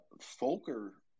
Folker